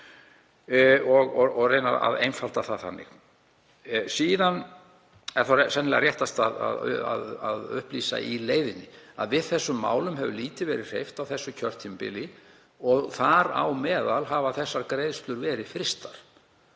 að reyna að einfalda það þannig. Síðan er sennilega réttast að upplýsa í leiðinni að við þessum málum hefur lítið verið hreyft á þessu kjörtímabili og þar á meðal hafa þessar greiðslur verið frystar,